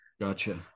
Gotcha